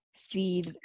feed